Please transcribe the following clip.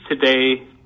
today